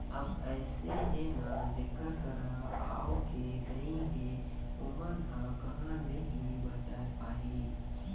अब अइसे हे ना जेखर करा आवके नइ हे ओमन ह कहाँ ले ही बचाय पाही